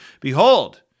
Behold